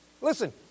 Listen